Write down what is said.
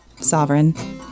Sovereign